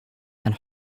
and